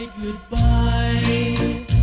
goodbye